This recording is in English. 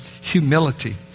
humility